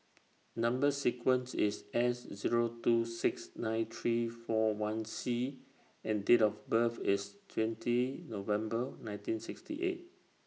Number sequence IS S Zero two six nine three four one C and Date of birth IS twenty November nineteen sixty eight